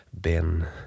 Ben